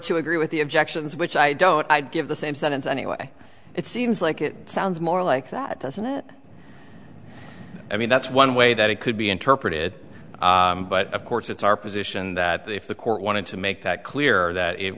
to agree with the objections which i don't i'd give the same sentence anyway it seems like it sounds more like that doesn't it i mean that's one way that it could be interpreted but of course it's our position that if the court wanted to make that clear that it